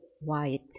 white